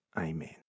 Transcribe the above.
Amen